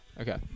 Okay